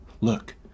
Look